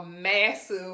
massive